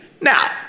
Now